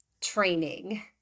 training